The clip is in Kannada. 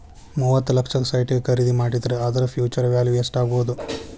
ಮೂವತ್ತ್ ಲಕ್ಷಕ್ಕ ಸೈಟ್ ಖರಿದಿ ಮಾಡಿದ್ರ ಅದರ ಫ್ಹ್ಯುಚರ್ ವ್ಯಾಲಿವ್ ಯೆಸ್ಟಾಗ್ಬೊದು?